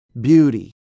beauty